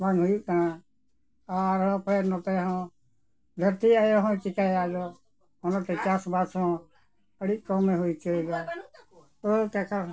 ᱵᱟᱝ ᱦᱩᱭᱩᱜ ᱠᱟᱱᱟ ᱟᱨᱦᱚᱸ ᱯᱷᱮᱨ ᱱᱚᱛᱮ ᱦᱚᱸ ᱫᱷᱟᱹᱨᱛᱤ ᱟᱭᱳ ᱦᱚᱸᱭ ᱪᱤᱠᱟᱹᱭᱟ ᱟᱫᱚ ᱚᱱᱟᱛᱮ ᱪᱟᱥ ᱵᱟᱥ ᱦᱚᱸ ᱟᱹᱰᱤ ᱠᱚᱢᱮ ᱦᱩᱭ ᱦᱚᱪᱚᱭᱮᱫᱟ ᱛᱚ